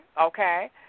okay